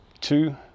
two